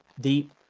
deep